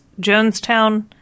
Jonestown